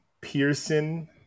Pearson